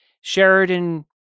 Sheridan